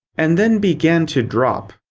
and then began to drop.